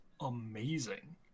amazing